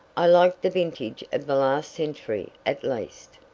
i like the vintage of the last century at least.